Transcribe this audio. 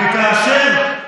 אמרת מסעדה,